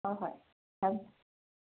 ꯍꯣꯏ ꯍꯣꯏ ꯊꯝꯃꯦ